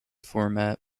format